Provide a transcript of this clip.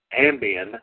Ambien